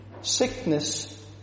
sickness